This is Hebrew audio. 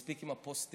מספיק עם הפוסטים